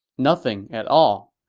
nothing at all.